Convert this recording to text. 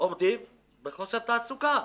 עומדות בחוסר תעסוקה,